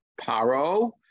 Paro